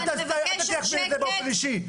אל תטיח בי את זה באופן אישי.